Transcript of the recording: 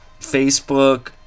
Facebook